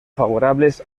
favorables